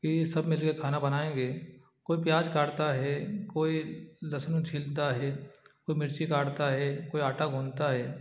कि सब मिल के खाना बनाएँगे कोई प्याज काटता है कोई लहसुन छीलता है कोई मिर्ची काटता है कोई आटा गूँथता है